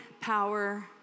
power